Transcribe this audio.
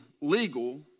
legal